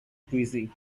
greasy